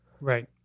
Right